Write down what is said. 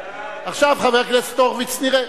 עכשיו, חבר הכנסת הורוביץ, נראה